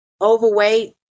overweight